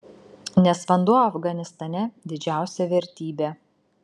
nes vanduo afganistane didžiausia vertybė